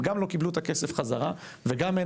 הם גם לא קיבלו את הכסף חזרה וגם אין